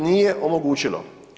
nije omogućilo.